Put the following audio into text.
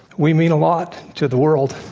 we mean a lot to the world.